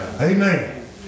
Amen